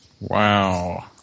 Wow